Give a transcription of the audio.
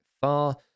far